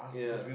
yeah